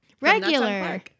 Regular